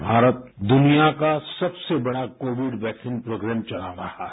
आज भारत दुनिया का सबसे बड़ा कोविड वैक्सीन प्रोग्राम चला रहा है